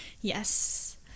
Yes